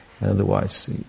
otherwise